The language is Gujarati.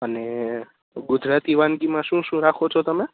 અને ગુજરાતી વાનગીમાં શું શું રાખો છો તમે